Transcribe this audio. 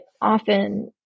often